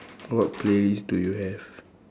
what playlist do you have